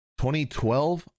2012